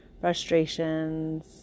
frustrations